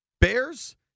Bears